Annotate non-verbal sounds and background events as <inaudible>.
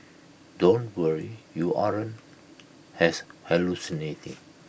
don't worry you aren't <unintelligible> hallucinating